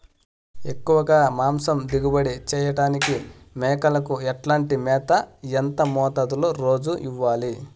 ఎక్కువగా మాంసం దిగుబడి చేయటానికి మేకలకు ఎట్లాంటి మేత, ఎంత మోతాదులో రోజు ఇవ్వాలి?